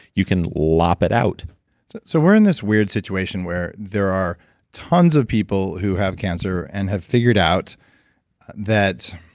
you can lop it out so, we're in this weird situation where there are tons of people who have cancer and have figured out that